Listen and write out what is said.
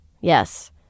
yes